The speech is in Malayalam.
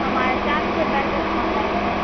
മഴച്ചാറ് ചെറുതായിട്ട് കൊണ്ടായിരുന്നു